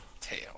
tail